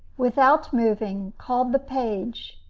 without moving, called the page.